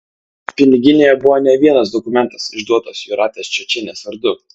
piniginėje buvo ne vienas dokumentas išduotas jūratės čiočienės vardu